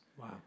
Wow